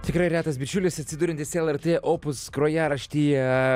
tikrai retas bičiulis atsiduriantis lrt opus grojaraštyje